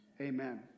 amen